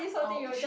ouch